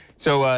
so,